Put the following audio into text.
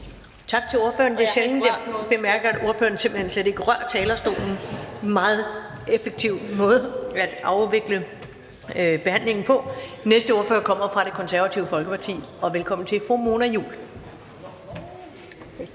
Tak til ordføreren. Det er sjældent, jeg bemærker, at en ordfører simpelt hen slet ikke rører talerstolen; meget effektiv måde at afvikle behandlingen på. Den næste ordfører kommer fra Det Konservative Folkeparti, og velkommen til fru Mona Juul.